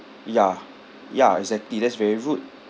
ya ya exactly that's very rude